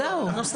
את זה אמרנו.